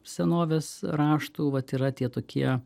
senovės raštų vat yra tie tokie